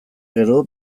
gero